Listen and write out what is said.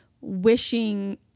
wishing